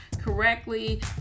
correctly